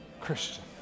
Christian